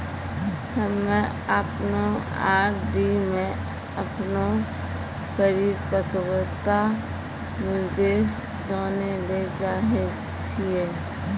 हम्मे अपनो आर.डी मे अपनो परिपक्वता निर्देश जानै ले चाहै छियै